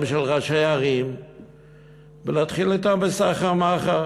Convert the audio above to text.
של ראשי הערים ולהתחיל אתם בסחר-מכר.